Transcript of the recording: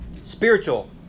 Spiritual